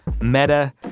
Meta